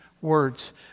words